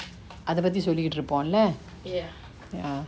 அத பத்தி சொல்லிட்டு இருப்போல:atha pathi sollitu irupola ya